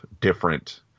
different